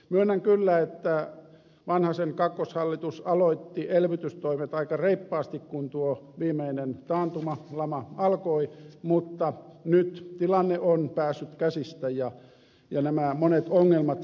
myönnän kyllä että vanhasen kakkoshallitus aloitti elvytystoimet aika reippaasti kun tuo viimeinen taantuma lama alkoi mutta nyt tilanne on päässyt käsistä ja nämä monet ongelmat painavat päälle